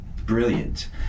brilliant